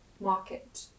market